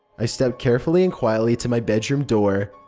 i stepped carefully and quietly to my bedroom door,